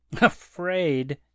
AFRAID